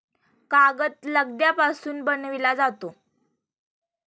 कागद लगद्यापासून बनविला जातो